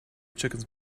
chickens